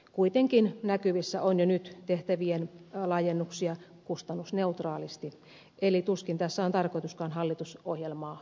kuitenkin näkyvissä on jo nyt tehtävien laajennuksia kustannusneutraalisti eli tuskin tässä on tarkoituskaan hallitusohjelmaa noudattaa